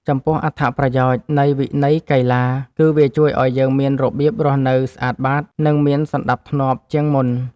ចំពោះអត្ថប្រយោជន៍នៃវិន័យកីឡា គឺវាជួយឱ្យយើងមានរបៀបរស់នៅស្អាតបាត និងមានសណ្ដាប់ធ្នាប់ជាងមុន។